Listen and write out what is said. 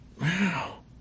wow